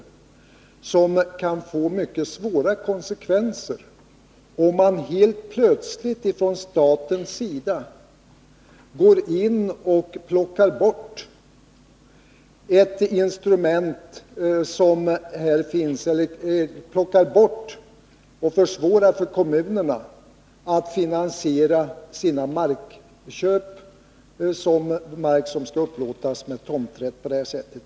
Det kan få allvarliga konsekvenser, om staten helt plötsligt går in och på det här sättet plockar bort ett instrument som finns och försvårar för kommunerna att finansiera köp av mark som skall upplåtas med tomträtt.